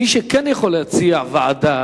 מי שכן יכול להציע ועדה